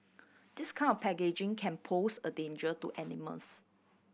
this kind of packaging can pose a danger to animals